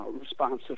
responsive